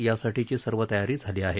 यासाठीची सर्व तयारी झाली आहे